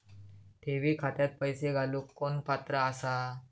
ठेवी खात्यात पैसे घालूक कोण पात्र आसा?